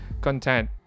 content